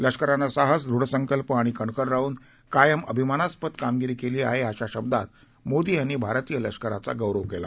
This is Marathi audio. लष्करानं साहस दृढसंकल्प आणि कणखर राहन कायम अभिमानास्पद कामगिरी केली आहे अश्या शब्दात मोदी यांनी भारतीय लष्कराचा गौरव केला